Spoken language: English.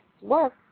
work